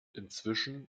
inzwischen